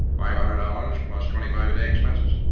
five hundred dollars, plus twenty five a day expenses.